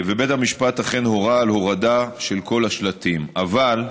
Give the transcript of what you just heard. בית המשפט אכן הורה על הורדה של כל השלטים, אבל,